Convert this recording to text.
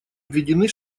обведены